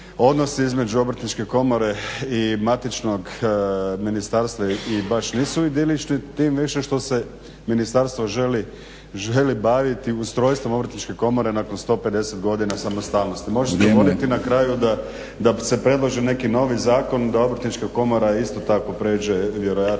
odnos između Obrtničke komore i matičnog ministarstva i baš nisu idilični, tim više što se ministarstvo želi baviti ustrojstvom obrtničke komore nakon 150 godina samostalnosti. Možete govoriti na kraju da se predlaže neki novi zakon, da Obrtnička komora isto tako pređe vjerojatno